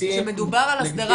כשמדובר על הסדרה,